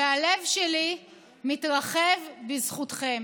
והלב שלי מתרחב בזכותכם.